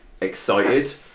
excited